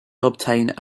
obtain